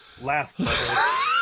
Laugh